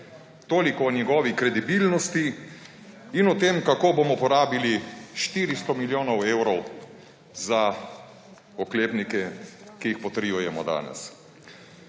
Toliko o njegovi kredibilnosti in o tem, kako bomo porabili 400 milijonov evrov za oklepnike, ki jih potrjujemo danes.